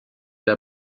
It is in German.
der